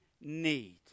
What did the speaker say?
need